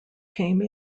came